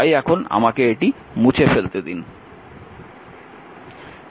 তাই এখন আমাকে এটি মুছে ফেলতে দিন